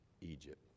Egypt